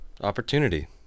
Opportunity